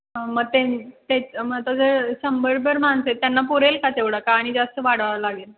मग ते तेच मग त्याच शंभरभर माणसं त्यांना पुरेल का तेवढा का आणि जास्त वाढवावं लागेल